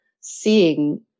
seeing